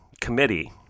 committee